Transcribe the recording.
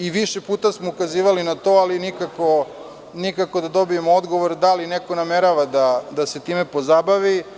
a više puta smo ukazivali na to, ali nikako da dobijemo odgovor na pitanje - da li neko namerava da se time pozabavi?